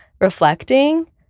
Reflecting